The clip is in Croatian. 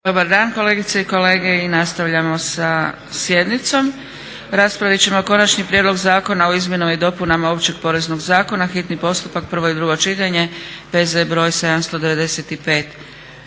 dobar dan kolegice i kolege i nastavljamo sa sjednicom. Raspravit ćemo - Konačni prijedlog zakona o izmjenama i dopunama Općeg poreznog zakona, hitni postupak, prvo i drugo čitanje, P.Z. br. 795